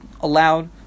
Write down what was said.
allowed